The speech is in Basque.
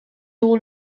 dugu